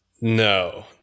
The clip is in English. No